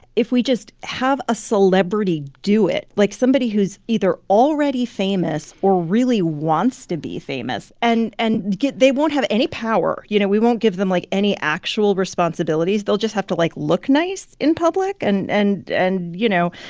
if we just have a celebrity do it like, somebody who's either already famous or really wants to be famous and and they won't have any power. you know, we won't give them, like, any actual responsibilities. they'll just have to, like, look nice in public. and and and you know,